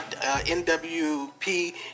NWP